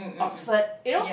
Oxford you know